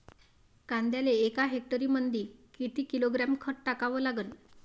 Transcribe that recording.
कांद्याले एका हेक्टरमंदी किती किलोग्रॅम खत टाकावं लागन?